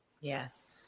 Yes